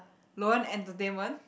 Loann entertainment